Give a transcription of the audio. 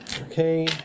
Okay